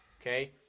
okay